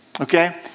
okay